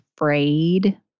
afraid